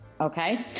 okay